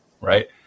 right